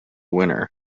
winner